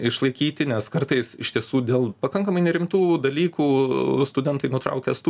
išlaikyti nes kartais iš tiesų dėl pakankamai nerimtų dalykų studentai nutraukia studijas